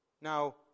now